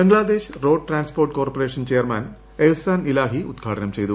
Bangladesh road transport corporation chairman Ehsan Elahi ഉദ്ഘാടനം ചെയ്തു